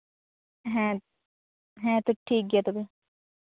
ᱦᱮᱸ ᱦᱮᱸᱛᱚ ᱴᱷᱤᱠ ᱜᱮᱭᱟ ᱛᱚᱵᱮ